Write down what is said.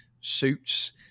suits